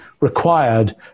required